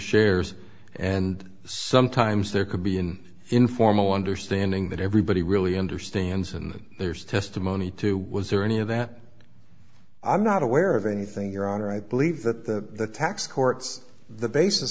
shares and sometimes there could be an informal understanding that everybody really understands and there's testimony to was there any of that i'm not aware of anything your honor i believe that the tax court's the basis